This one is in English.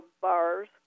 bars